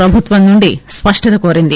ప్రభుత్వం నుండి స్పష్టత కోరింది